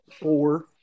Four